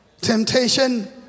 temptation